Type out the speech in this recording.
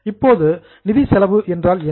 இப்போது finance cost நிதி செலவு என்றால் என்ன